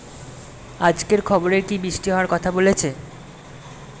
আজকের খবরে কি বৃষ্টি হওয়ায় কথা বলেছে?